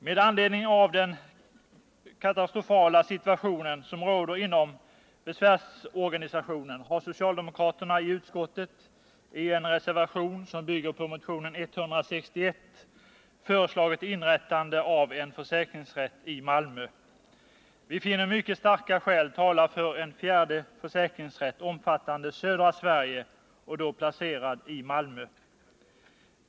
Med anledning av den katastrofala situation som råder inom besvärsorganisationen har socialdemokraterna i utskottet i en reservation som bygger på motion 161 föreslagit inrättande av en försäkringsrätt i Malmö. Vi finner mycket starka skäl tala för en fjärde försäkringsrätt, omfattande södra Sverige och placerad i Malmö.